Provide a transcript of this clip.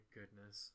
goodness